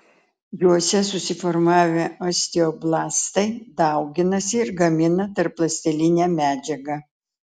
juose susiformavę osteoblastai dauginasi ir gamina tarpląstelinę medžiagą